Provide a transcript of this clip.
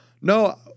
no